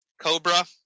Cobra